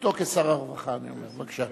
הרווחה, בבקשה.